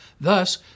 Thus